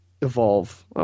evolve